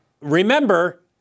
Remember